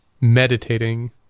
meditating